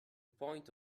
point